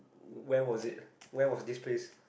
where was it where was this place